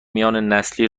میاننسلی